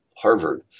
Harvard